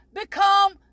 become